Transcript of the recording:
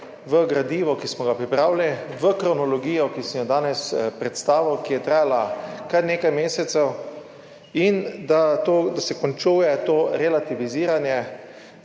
v gradivo, ki smo ga pripravili v kronologijo, ki sem jo danes predstavil, ki je trajala kar nekaj mesecev in da se končuje to relativiziranje